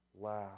Laugh